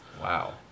Wow